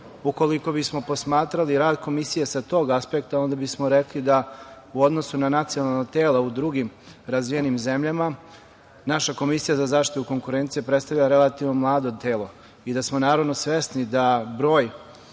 Ukoliko bismo posmatrali rad Komisije sa tog aspekta onda bismo rekli da, u odnosu na nacionalna tela u drugim razvijenim zemljama, naša Komisija za zaštitu konkurencije predstavlja relativno mlado telo i da smo, naravno, svesni da broj